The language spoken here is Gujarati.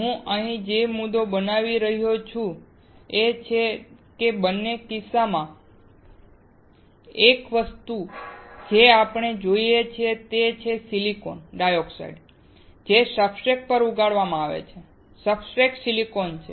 હું અહીં જે મુદ્દો બનાવી રહ્યો છું તે એ છે કે બંને કિસ્સાઓમાં એક વસ્તુ જે આપણે જોઈ છે તે છે સિલિકોન ડાયોક્સાઈડ જે સબસ્ટ્રેટ પર ઉગાડવામાં આવે છે સબસ્ટ્રેટ સિલિકોન છે